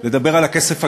לדבר על הכסף הגדול,